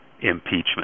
impeachment